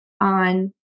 on